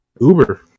Uber